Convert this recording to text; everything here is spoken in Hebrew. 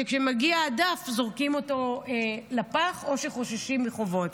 שכשמגיע הדף זורקים אותו לפח או חוששים מחובות.